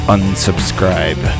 unsubscribe